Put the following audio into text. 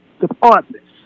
departments